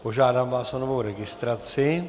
Požádám vás o novou registraci.